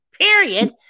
period